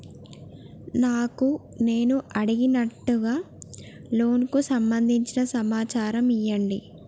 నాకు నేను అడిగినట్టుగా లోనుకు సంబందించిన సమాచారం ఇయ్యండి?